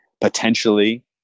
potentially